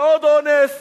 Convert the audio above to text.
ועוד אונס,